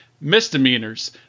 misdemeanors